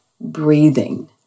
breathing